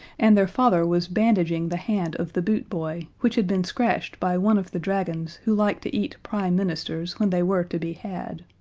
and their father was bandaging the hand of the boot boy, which had been scratched by one of the dragons who liked to eat prime ministers when they were to be had,